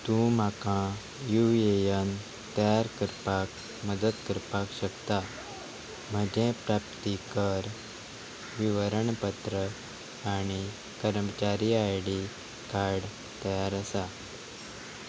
तूं म्हाका U A N तयार करपाक मदत करपाक शकता म्हजें प्राप्तीकर विवरणपत्र आनी कर्मचारी आय डी कार्ड तयार आसा